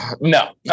No